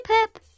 Pip